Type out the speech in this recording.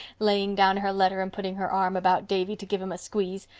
laying down her letter and putting her arm about davy to give him a squeeze,